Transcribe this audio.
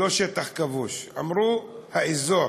לא שטח כבוש, אמרו: האזור.